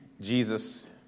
Jesus